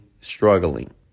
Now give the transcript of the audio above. struggling